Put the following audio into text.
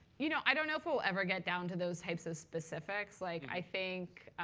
you know i don't know if we'll ever get down to those types of specifics. like i think